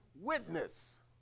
witness